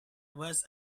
was